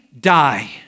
die